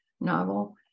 novel